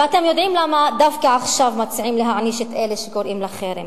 ואתם יודעים למה דווקא עכשיו מציעים להעניש את אלה שקוראים לחרם,